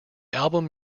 album